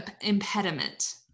impediment